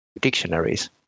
dictionaries